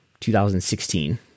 2016